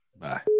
Bye